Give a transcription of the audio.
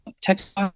text